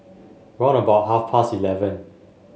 round about half past eleven